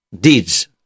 deeds